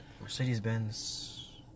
Mercedes-Benz